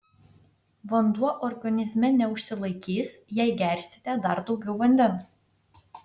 vanduo organizme neužsilaikys jei gersite dar daugiau vandens